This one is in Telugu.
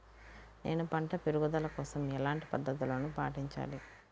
నేను పంట పెరుగుదల కోసం ఎలాంటి పద్దతులను పాటించాలి?